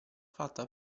fatta